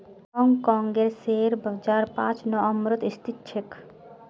हांग कांगेर शेयर बाजार पांच नम्बरत स्थित छेक